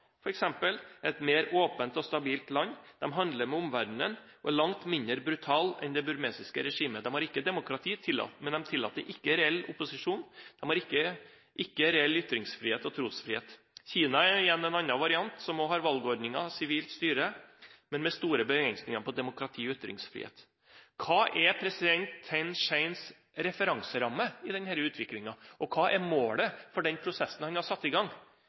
et mer åpent og stabilt land, det handler med omverdenen og er langt mindre brutalt enn det burmesiske regimet. De har ikke demokrati; de tillater ikke reell opposisjon, de har ikke reell ytringsfrihet og trosfrihet. Kina er en annen variant som har valgordninger og sivilt styre, men med store begrensninger på demokrati og ytringsfrihet. Hva er president Thein Seins referanseramme i denne utviklingen, og hva er målet for den prosessen han har satt i gang?